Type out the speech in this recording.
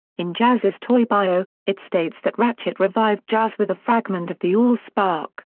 in jazz's toy bio, it states that ratchet revived jazz with a fragment of the allspark.